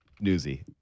Newsy